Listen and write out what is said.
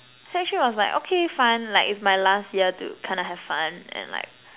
sec three was like okay fun like it's my last year to kinda have fun and like